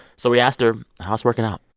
so we asked her how it's working out